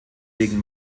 wegen